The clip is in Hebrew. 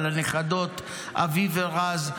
על הנכדות אביב ורז.